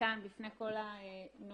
כאן בפני כל הנוכחים.